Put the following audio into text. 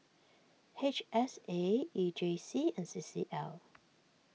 H S A E J C and C C L